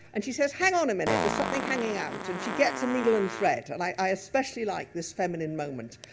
and she says hang on a minute, there's something hanging out. and she gets a needle and thread. and i especially like this feminine moment.